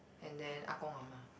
and then Ah Gong Ah Ma